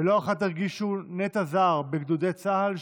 ולא אחת הרגישו נטע זר בגדודי צה"ל,